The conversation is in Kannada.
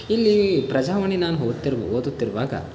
ಇಲ್ಲಿ ಪ್ರಜಾವಾಣಿ ನಾನು ಓದ್ತಿರು ಓದುತ್ತಿರುವಾಗ